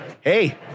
Hey